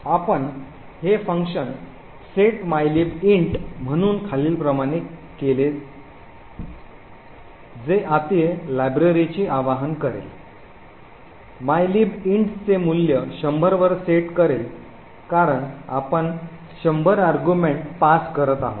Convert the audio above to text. आपण हे function set mylib int म्हणून खालीलप्रमाणे केले जे आतील लायब्ररीची आवाहन करेल mylib int चे मूल्य १०० वर सेट करेल कारण आपण १०० आर्ग्युमेंट पास करत आहोत